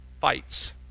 fights